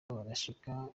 barashika